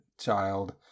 child